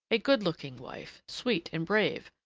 a good-looking wife, sweet and brave,